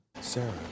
Sarah